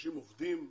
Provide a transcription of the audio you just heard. האנשים עובדים,